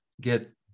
get